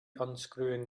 unscrewing